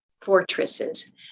fortresses